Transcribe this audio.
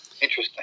Interesting